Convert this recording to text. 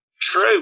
True